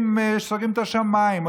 סוגרים את השמיים,